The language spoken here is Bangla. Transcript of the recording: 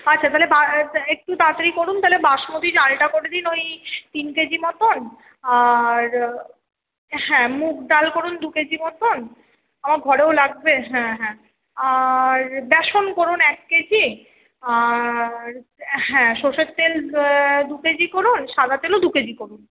আচ্ছা তাহলে একটু তাড়াতাড়ি করুন তাহলে বাসমতী চালটা করে দিন ওই তিন কেজি মতোন আর হ্যাঁ মুগ ডাল করুন দু কেজি মতোন আমার ঘরেও লাগবে হ্যাঁ হ্যাঁ আর বেসন করুন এক কেজি আর হ্যাঁ সর্ষের তেল দু কেজি করুন সাদা তেলও দু কেজি করুন